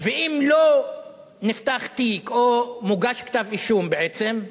ואם לא נפתח תיק או מוגש כתב אישום, בעצם,